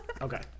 okay